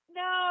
no